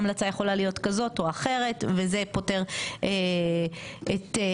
ההמלצה יכולה להיות כזאת או אחרת וזה פותר את העניין.